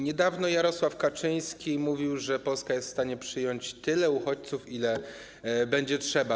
Niedawno Jarosław Kaczyński mówił, że Polska jest w stanie przyjąć tylu uchodźców z Ukrainy, ile będzie trzeba.